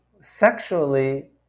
sexually